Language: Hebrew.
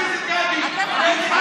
רוצה